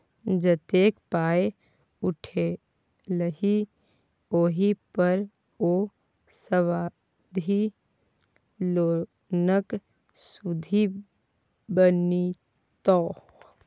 जतेक पाय उठेलही ओहि पर ओ सावधि लोनक सुदि बनितौ